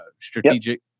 strategic